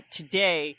today